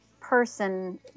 person